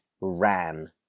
ran